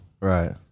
Right